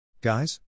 Guys